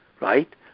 right